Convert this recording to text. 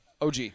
OG